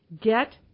get